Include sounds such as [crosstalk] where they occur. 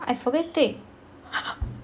I forget take [laughs]